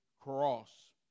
cross